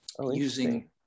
Using